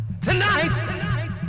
Tonight